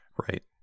Right